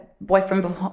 boyfriend